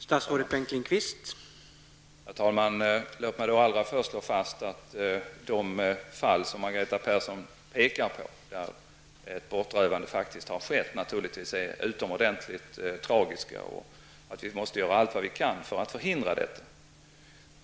Herr talman! Låt mig allra först slå fast att de fall som Margareta Persson pekar på, där ett bortrövande faktiskt har skett, naturligtvis är utomordentligt tragiska. Vi måste göra allt vad vi kan för att förhindra detta.